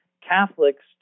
Catholics